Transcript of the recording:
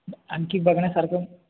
आणखी बघण्यासारखं